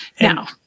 Now